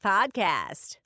Podcast